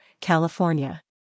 California